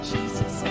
Jesus